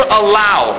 allow